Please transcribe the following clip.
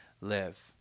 live